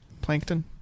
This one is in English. plankton